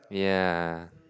yeah